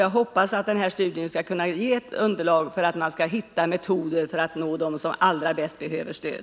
Jag hoppas därför att denna studie skall kunna ge ett underlag, så att vi kan hitta metoder för att nå dem som allra bäst behöver stöd.